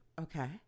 Okay